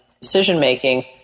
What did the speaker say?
decision-making